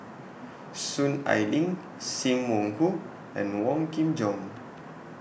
Soon Ai Ling SIM Wong Hoo and Wong Kin Jong